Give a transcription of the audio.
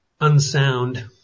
unsound